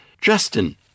Justin